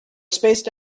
spaced